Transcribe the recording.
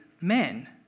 men